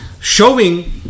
Showing